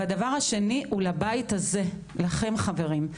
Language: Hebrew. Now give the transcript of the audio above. והדבר השני הוא לבית הזה לכם חברים.